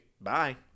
Bye